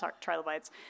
trilobites